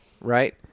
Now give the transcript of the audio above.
Right